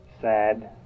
Sad